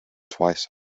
twice